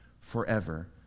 forever